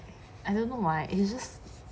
I don't know why it's just